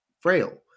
frail